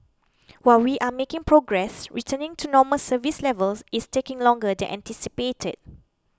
while we are making progress returning to normal service levels is taking longer than anticipated